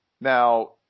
Now